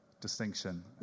distinction